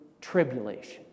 tribulation